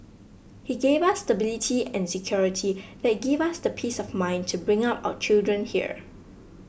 he gave us stability and security that give us the peace of mind to bring up our children here